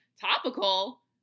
Topical